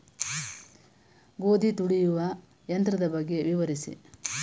ಗೋಧಿ ತುಳಿಯುವ ಯಂತ್ರದ ಬಗ್ಗೆ ವಿವರಿಸಿ?